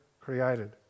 created